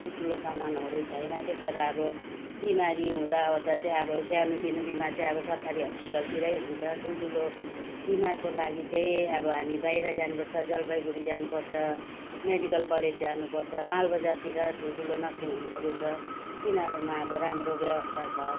ठुल्ठुलो सामानहरू छैन त्यसरी अब बिमारी हुँदा ओर्दा चाहिँ अब सानो तिनो बिमार चाहिँ अब सरकारी हस्पिटलतिरै हुन्छ ठुल्ठुलो बिमारको लागि चाहिँ अब हामी बाहिर जानु पर्छ जलपाइगुडी जानु पर्छ मेडिकल कलेज जानु पर्छ मालबजारतिर ठुल्ठुलो नर्सिङ् होमहरू छ तिनीहरूमा अब राम्रो व्यवस्था छ